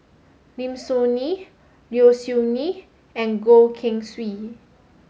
Lim Soo Ngee Low Siew Nghee and Goh Keng Swee